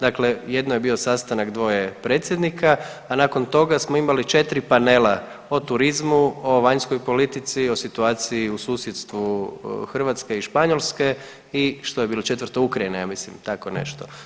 Dakle, jedno je bio sastanak dvoje predsjednika, a nakon toga smo imali 4 panela o turizmu, o vanjskoj politici, o situaciji u susjedstvu Hrvatske i Španjolske i što je bilo četvrto, Ukrajina ja mislim, tako nešto.